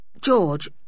George